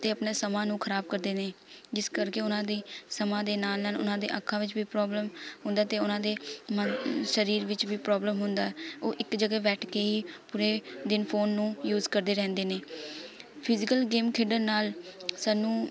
ਅਤੇ ਆਪਣੇ ਸਮਾਂ ਨੂੰ ਖ਼ਰਾਬ ਕਰਦੇ ਨੇ ਜਿਸ ਕਰਕੇ ਉਹਨਾਂ ਦੇ ਸਮਾਂ ਦੇ ਨਾਲ਼ ਨਾਲ਼ ਉਹਨਾਂ ਦੇ ਅੱਖਾਂ ਵਿੱਚ ਵੀ ਪ੍ਰੋਬਲਮ ਹੁੰਦਾ ਅਤੇ ਉਹਨਾਂ ਦੇ ਮਨ ਸ਼ਰੀਰ ਵਿੱਚ ਵੀ ਪ੍ਰੋਬਲਮ ਹੁੰਦਾ ਉਹ ਇੱਕ ਜਗ੍ਹਾ ਬੈਠ ਕੇ ਹੀ ਪੂਰੇ ਦਿਨ ਫ਼ੋਨ ਨੂੰ ਯੂਜ਼ ਕਰਦੇ ਰਹਿੰਦੇ ਨੇ ਫਿਜ਼ੀਕਲ ਗੇਮ ਖੇਡਣ ਨਾਲ਼ ਸਾਨੂੰ